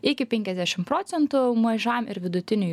iki penkiasdešim procentų mažam ir vidutiniui